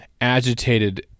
agitated –